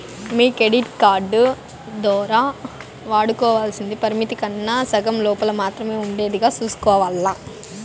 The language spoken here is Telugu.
మీ కెడిట్ కార్డు దోరా వాడుకోవల్సింది పరిమితి కన్నా సగం లోపల మాత్రమే ఉండేదిగా సూసుకోవాల్ల